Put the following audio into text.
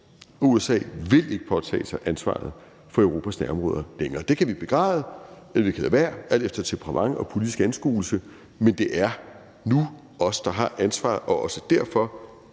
USA ikke vil påtage sig ansvaret for Europas nærområder længere. Det kan vi begræde, eller vi kan lade være, alt efter temperament og politisk anskuelse, men det er nu os, der har ansvaret, og også derfor